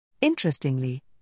Interestingly